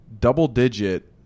double-digit